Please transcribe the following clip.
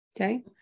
Okay